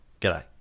G'day